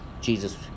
Jesus